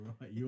right